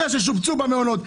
אחרי ששובצו במעונות,